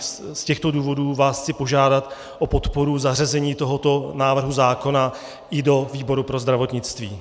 Z těchto důvodů vás chci požádat o podporu zařazení tohoto návrhu zákona i do výboru pro zdravotnictví.